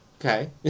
Okay